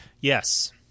Yes